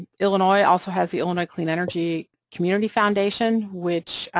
illinois also has the illinois clean energy community foundation, which